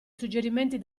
suggerimenti